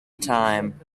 time